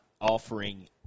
offering